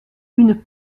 une